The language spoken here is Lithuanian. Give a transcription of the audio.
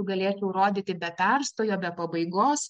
galėtų rodyti be perstojo be pabaigos